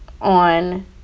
on